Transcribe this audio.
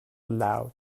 aloud